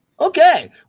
Okay